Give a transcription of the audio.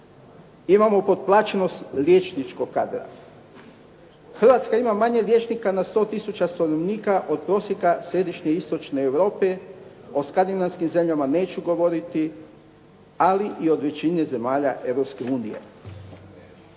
Imamo potplaćenost liječničkog kadra. Hrvatska ima manje liječnika na 100000 stanovnika od prosjeka središnje i istočne Europe, o skandinavskim zemljama neću govoriti. Ali i od većine zemalja Europske unije.